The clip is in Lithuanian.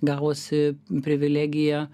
gavosi privilegija